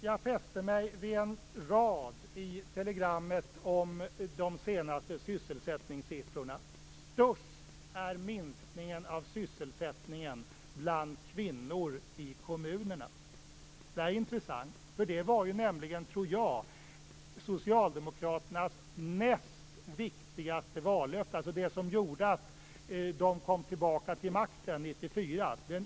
Jag fäste mig vid en rad i telegrammet med de senaste sysselsättningssiffrorna: Störst är minskningen av sysselsättningen bland kvinnor i kommunerna. Detta är intressant. Jag tror nämligen att det var det näst viktigaste av socialdemokraternas vallöften, de som gjorde att man kom tillbaka till makten 1994.